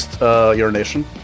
urination